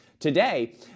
Today